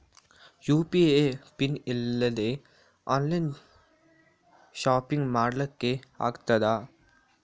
UPI pin ಇಲ್ದೆ online shopping ಮಾಡ್ಲಿಕ್ಕೆ ಆಗ್ತದಾ?